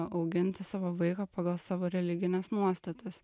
auginti savo vaiką pagal savo religines nuostatas